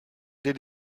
did